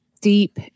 deep